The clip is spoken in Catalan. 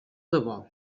debò